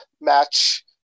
match